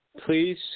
Please